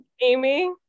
amy